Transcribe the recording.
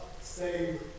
save